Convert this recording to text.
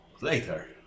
later